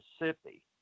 Mississippi